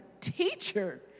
Teacher